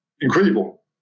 incredible